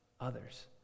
others